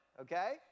okay